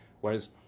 Whereas